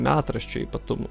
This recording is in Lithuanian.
metraščio ypatumų